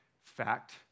fact